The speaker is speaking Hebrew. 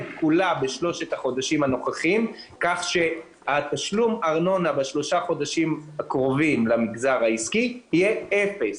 כולה בחודשים הנוכחיים כך שתשלום הארנונה העסקית יהיה אפס.